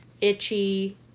itchy